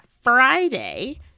Friday